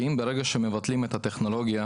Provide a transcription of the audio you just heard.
כי ברגע שמבטלים את הטכנולוגיה,